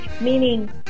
Meaning